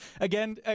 again